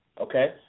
Okay